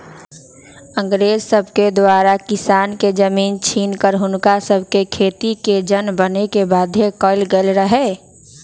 अंग्रेज सभके द्वारा किसान के जमीन छीन कऽ हुनका सभके खेतिके जन बने के बाध्य कएल गेल रहै